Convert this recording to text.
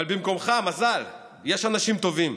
אבל במקומך, מזל, יש אנשים טובים,